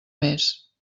més